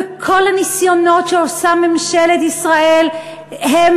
וכל הניסיונות שעושה ממשלת ישראל הם